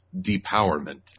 depowerment